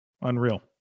Unreal